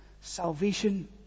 salvation